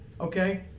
Okay